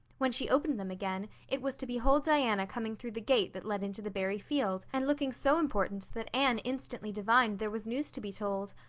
when she opened them again it was to behold diana coming through the gate that led into the barry field and looking so important that anne instantly divined there was news to be told.